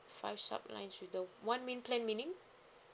five sub lines with the one main plan meaning